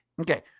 Okay